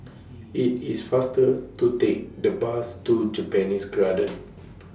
IT IS faster to Take The Bus to Japanese Garden